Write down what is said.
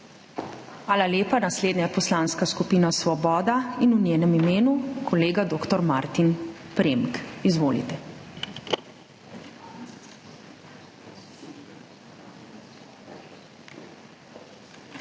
Hvala lepa. Naslednja je Poslanska skupina Svoboda in v njenem imenu kolega dr. Martin Premk. Izvolite.